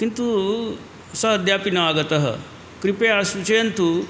किन्तु सः अद्यापि नागतः कृपया सूचयन्तु